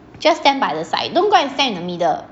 just stand by the side don't go and stand in the middle